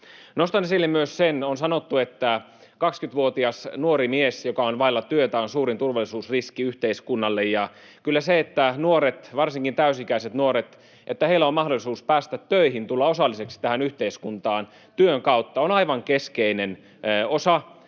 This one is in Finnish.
Nostan esille myös sen, että on sanottu, että 20‑vuotias nuori mies, joka on vailla työtä, on suurin turvallisuusriski yhteiskunnalle, ja kyllä se, että nuorilla, varsinkin täysi-ikäisillä nuorilla, on mahdollisuus päästä töihin ja tulla osalliseksi tähän yhteiskuntaan työn kautta, on aivan keskeinen osa